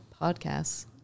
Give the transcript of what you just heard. podcasts